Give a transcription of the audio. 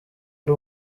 ari